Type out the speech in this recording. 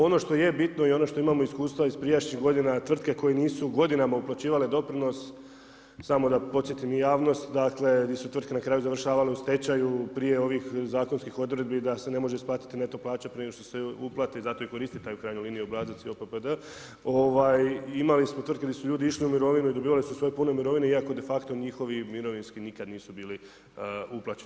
Ono što je bitno i ono što imamo iskustva iz prijašnjih godina, tvrtke koje nisu godinama uplaćivale doprinos samo da podsjetim i javnost gdje su tvrtke na kraju završavale u stečaju prije ovih zakonskih odredbi da ne može isplatiti neto plaća prije nego što se uplati, zato i koristi u krajnjoj liniji taj obrazac JOPPD, imali smo tvrtki gdje su ljudi išli u mirovinu i dobivali su svoju punu mirovinu iako de facto njihovi mirovinski nikada nisu bili uplaćeni.